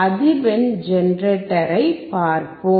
அதிர்வெண் ஜெனரேட்டரை பார்ப்போம்